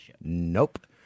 nope